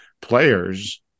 players